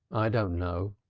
i don't know,